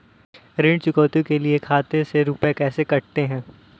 ऋण चुकौती के लिए खाते से रुपये कैसे कटते हैं?